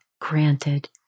granted